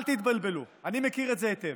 אל תתבלבלו, אני מכיר את זה היטב,